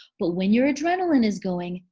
but when your adrenaline is going,